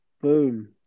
Boom